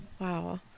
Wow